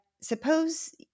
Suppose